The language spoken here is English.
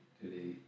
today